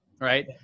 right